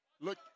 Look